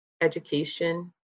education